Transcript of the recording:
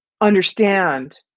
understand